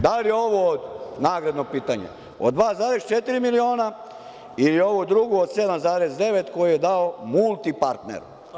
Da li je ovo nagradno pitanje, od 2,4 miliona ili ovu drugu od 7,9 koju je dao „Multipartner“